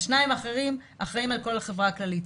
השניים האחרים אחראים על כל החברה הכללית.